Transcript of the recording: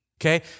okay